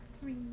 Three